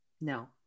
No